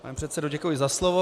Pane předsedo, děkuji za slovo.